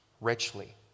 richly